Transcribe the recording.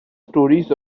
stories